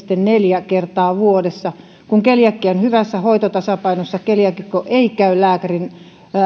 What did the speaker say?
neljä kertaa vuodessa kun keliakia on hyvässä hoitotasapainossa keliaakikko ei käy lääkärin